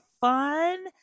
fun